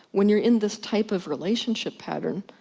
when you're in this type of relationship pattern,